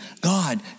God